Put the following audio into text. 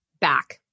back